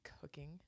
cooking